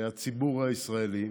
הציבור הישראלי.